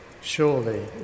Surely